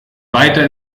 weiter